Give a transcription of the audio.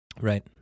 right